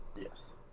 Yes